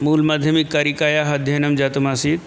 मूलमाध्यमिककारिकायाः अध्ययनं जातम् आसीत्